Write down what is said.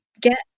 get